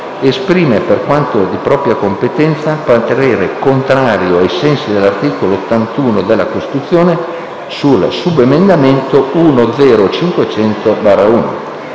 esprime, per quanto di competenza, parere contrario ai sensi dell'articolo 81 della Costituzione sul subemendamento 1.0.500/1.